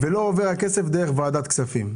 לא עובר דרך ועדת כספים.